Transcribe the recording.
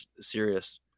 serious